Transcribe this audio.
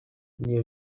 nie